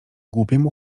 głupiemu